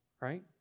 right